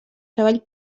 treball